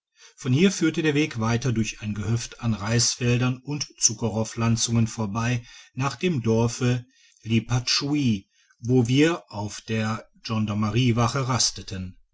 von hier führte der weg weiter durch ein gehöft an reisfeldern und zuckerrohrpflanzungen vorbei nach dem dorfe lipachui wo wir auf der gendarmeriewache rasteten